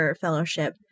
fellowship